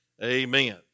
Amen